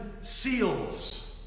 seals